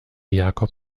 jakob